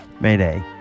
Mayday